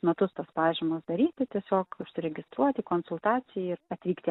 metus tas pažymas daryti tiesiog užsiregistruoti konsultacijai ir atvykti